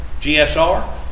GSR